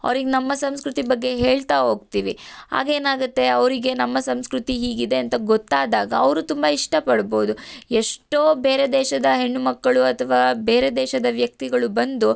ಅವ್ರಿಗೆ ನಮ್ಮ ಸಂಸ್ಕೃತಿ ಬಗ್ಗೆ ಹೇಳ್ತಾ ಹೋಗ್ತಿವಿ ಆಗ ಏನಾಗುತ್ತೆ ಅವರಿಗೆ ನಮ್ಮ ಸಂಸ್ಕೃತಿ ಹೀಗಿದೆ ಅಂತ ಗೊತ್ತಾದಾಗ ಅವರು ತುಂಬ ಇಷ್ಟ ಪಡ್ಬೌದು ಎಷ್ಟೋ ಬೇರೆ ದೇಶದ ಹೆಣ್ಣು ಮಕ್ಕಳು ಅಥ್ವಾ ಬೇರೆ ದೇಶದ ವ್ಯಕ್ತಿಗಳು ಬಂದು